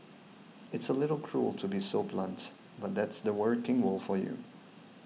it's a little cruel to be so blunt but that's the working world for you